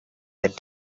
the